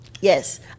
yes